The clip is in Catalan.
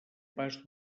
pas